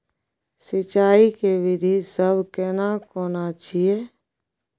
सिंचाई के विधी सब केना कोन छिये?